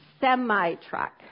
semi-truck